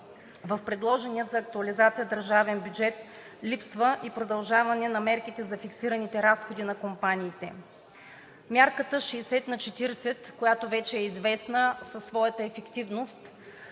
В предложения за актуализация държавен бюджет липсва и продължаване на мерките за фиксираните разходи на компаниите. Мярката 60/40, която вече е известна със своята ефективност,